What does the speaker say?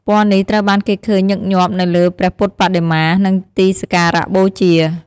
ពណ៌នេះត្រូវបានគេឃើញញឹកញាប់នៅលើព្រះពុទ្ធបដិមា និងទីសក្ការៈបូជា។